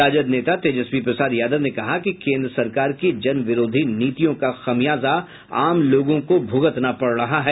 राजद नेता तेजस्वी प्रसाद यादव ने कहा कि केंद्र सरकार की जन विरोधी नीतियों का खामियाजा आम लोगों को भुगतना पड़ रहा है